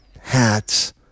hats